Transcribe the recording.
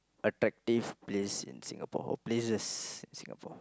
attractive place in Singapore or places in Singapore